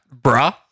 bruh